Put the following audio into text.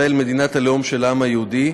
ישראל מדינת הלאום של העם היהודי,